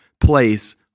place